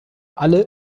alle